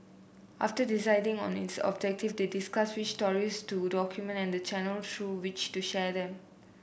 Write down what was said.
after deciding on its objective they discuss which stories to document and the channel through which to share them